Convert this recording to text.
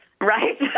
Right